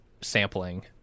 sampling